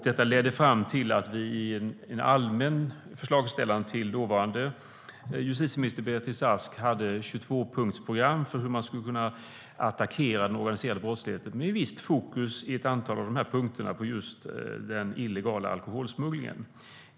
Det ledde fram till att vi i en allmän förslagsframställan till dåvarande justitieminister Beatrice Ask hade ett 22-punktsprogram för hur man skulle kunna attackera den organiserade brottsligheten. På ett antal av punkterna var det ett visst fokus på just den illegala alkoholsmugglingen.